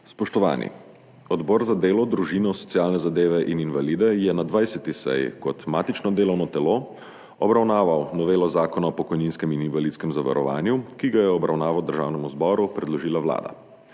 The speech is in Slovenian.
Spoštovani! Odbor za delo, družino, socialne zadeve in invalide je na 20. seji kot matično delovno telo obravnaval novelo Zakona o pokojninskem in invalidskem zavarovanju, ki ga je v obravnavo Državnemu zboru predložila Vlada.